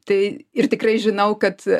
tai ir tikrai žinau kad a